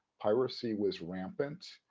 piracy was rampant.